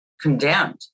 condemned